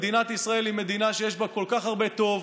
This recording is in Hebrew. מדינת ישראל היא מדינה שיש בה כל כך הרבה טוב,